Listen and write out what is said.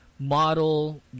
model